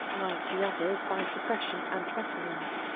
like the others, by sup pression and reticence,